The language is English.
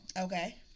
Okay